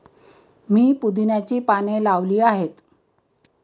मी पुदिन्याची पाने लावली आहेत